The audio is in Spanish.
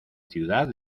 ciudad